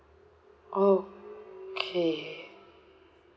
okay